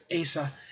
Asa